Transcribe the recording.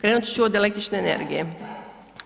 Krenuti ću od električne energije,